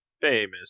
Famous